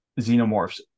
xenomorphs